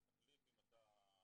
תחליט אם אתה,